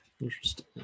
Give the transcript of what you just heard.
Interesting